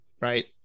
right